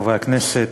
חברי הכנסת,